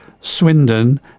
Swindon